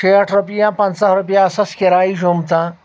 شِیٹھ رۄپیہِ یا پنٛژاہ رۄپیہِ آسَس کَرایہِ جوٚم تاں